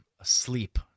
asleep